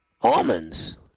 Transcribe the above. almonds